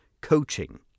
coaching